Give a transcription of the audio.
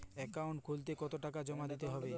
Account খুলতে কতো টাকা জমা দিতে হবে?